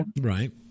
Right